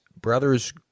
brothers